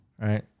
Right